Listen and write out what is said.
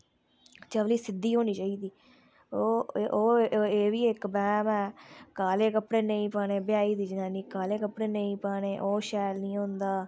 चपली सिध्दी होनी चाहिदी ओह् एह् बी इक बैह्म ऐ काले कपड़े नेईं पाने ब्याही दी जनानी काले कपड़े नेईं पाने ओह् शैल नी होंदा